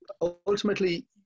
ultimately